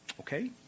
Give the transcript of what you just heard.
Okay